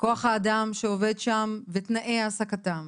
כוח האדם שעובד שם ותנאי העסקתם